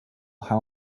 how